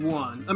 one